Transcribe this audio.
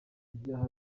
ibyaha